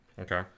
Okay